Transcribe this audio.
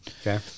Okay